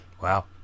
wow